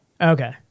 Okay